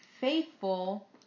faithful